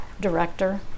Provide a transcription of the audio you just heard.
director